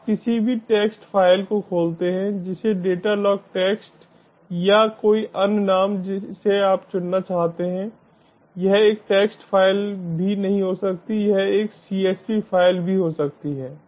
आप किसी भी टेक्स्ट फ़ाइल को खोलते हैं जिसे डेटा लॉग टेक्स्ट या कोई अन्य नाम जिसे आप चुनना चाहते हैं यह एक टेक्स्ट फ़ाइल भी नहीं हो सकती है यह एक CSV फ़ाइल भी हो सकती है